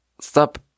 Stop